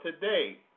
today